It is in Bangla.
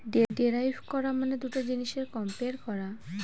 ডেরাইভ করা মানে দুটা জিনিসের কম্পেয়ার করা